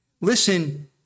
Listen